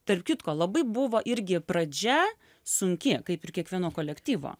tarp kitko labai buvo irgi pradžia sunki kiekvieno kolektyvo